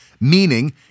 meaning